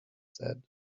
said